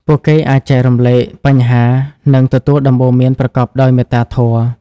ពួកគេអាចចែករំលែកបញ្ហា និងទទួលដំបូន្មានប្រកបដោយមេត្តាធម៌។